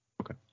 Okay